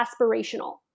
aspirational